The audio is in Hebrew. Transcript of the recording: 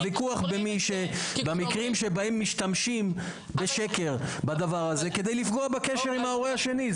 הוויכוח במקרים שבהם משתמשים בשקר כדי לפגוע בקשר עם ההורה השני,